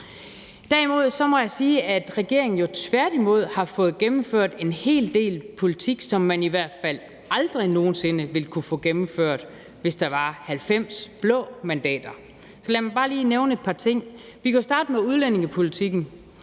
Derimod må man sige, at regeringen tværtimod har fået gennemført en hel del politik, som man i hvert fald aldrig nogen sinde ville kunne få gennemført, hvis der var 90 blå mandater. Lad mig bare lige nævne et par ting. Vi kan jo starte med udlændingepolitikken.